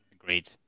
Agreed